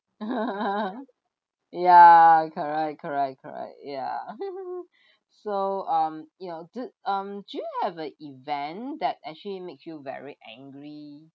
ya correct correct correct yeah so um you know d~ um do you have a event that actually makes you very angry